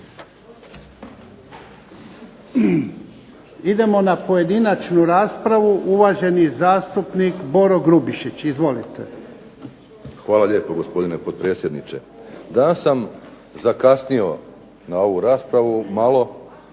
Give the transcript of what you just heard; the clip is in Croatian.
Idemo na pojedinačnu raspravu, uvaženi zastupnik Boro Grubišić. Izvolite. **Grubišić, Boro (HDSSB)** Hvala lijepo gospodine potpredsjedniče. Danas sam zakasnio na ovu raspravu malo,